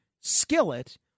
skillet